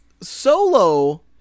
solo